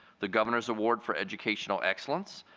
the governor's award for educational excellence,